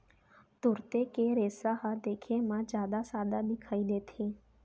तुरते के रेसा ह देखे म जादा सादा दिखई देथे